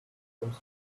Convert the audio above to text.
from